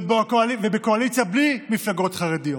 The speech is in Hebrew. ובקואליציה בלי מפלגות חרדיות,